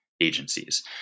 agencies